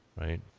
right